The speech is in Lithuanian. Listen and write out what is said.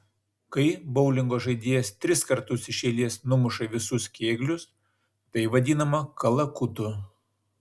kai boulingo žaidėjas tris kartus iš eilės numuša visus kėglius tai vadinama kalakutu